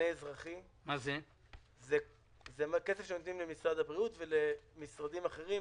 וזה הכסף שנותנים למשרד הבריאות ולמשרדים האחרים,